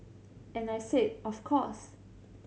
and I said of course